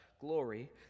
glory